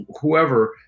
whoever